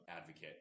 advocate